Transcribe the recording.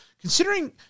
considering